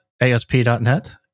ASP.NET